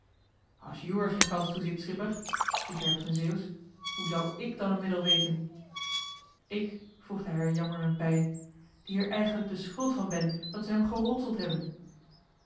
als joe er geen kans toe ziet schipper riep hij op z'n zeeuwsch hoe zou ik dan een middel weten ik voegde hij er jammerend bij die er eigenlijk de schuld van ben dat ze hem geronseld hebben